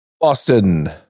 Boston